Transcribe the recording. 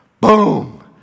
Boom